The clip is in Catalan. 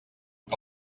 que